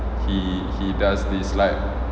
he he does this like